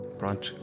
pronto